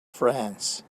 france